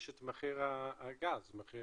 יש את מחיר הגז בעולם,